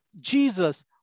Jesus